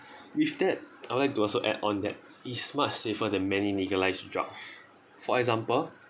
with that I would like to also add on that is much safer than many legalised drugs for example